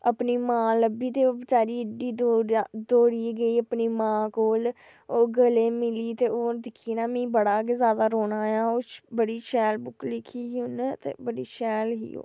अपनी मांऽ लब्भी ते ओह् बचैरी एड्डी दूरां दौड़ियै गेई अपनी मांऽ कोल ओह् गलें मिली ते ओह् दिक्खियै मिं बड़ा गै ज्यादा रोना आया बड़ी शैल बुक लिखी ही उ'न्न ते बड़ी शैल ही ओह्